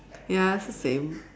ya it's the same